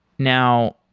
now,